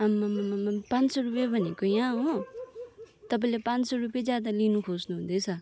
आम्ममम पाँच सौ रुपियाँ भनेको यहाँ हो तपाईँले पाँच सौ रुपियाँ ज्यादा लिन खोज्नुहुँदैछ